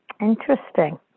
Interesting